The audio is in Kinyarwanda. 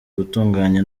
gutunganya